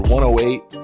108